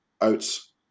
oats